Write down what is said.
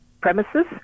premises